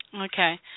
Okay